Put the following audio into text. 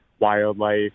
wildlife